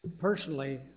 personally